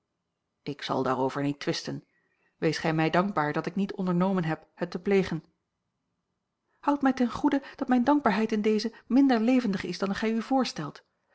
ik zal daarover niet twisten wees gij mij dankbaar dat ik niet ondernomen heb het te plegen houd mij ten goede dat mijne dankbaarheid in deze minder levendig is dan gij u voorstelt